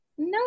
No